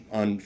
on